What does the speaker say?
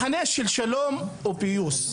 מחנה של שלום ופיוס.